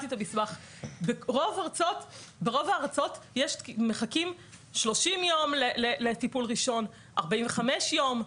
ברוב הארצות מחכים 30 יום לטיפול ראשון, 45 יום.